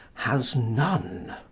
has none.